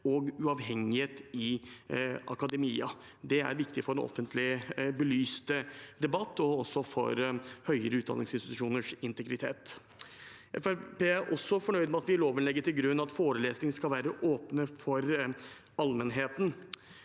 og uavhengighet i akademia. Det er viktig for en offentlig belyst debatt og også for høyere utdanningsinstitusjoners integritet. Fremskrittspartiet er også fornøyd med at vi i loven legger til grunn at forelesninger skal være åpne for allmennheten.